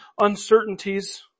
uncertainties